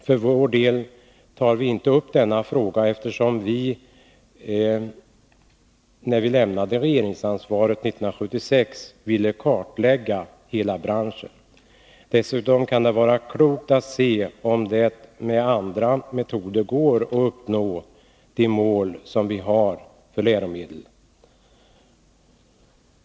För vår del tar vi inte upp denna fråga eftersom vi, när vi lämnade regeringsansvaret 1976, ville kartlägga hela branschen. Dessutom kan det vara klokt att se om det går att med andra metoder uppnå de mål som vi har för läromedel.